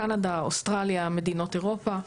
קנדה, אוסטרליה, מדינות אירופה,